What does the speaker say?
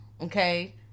Okay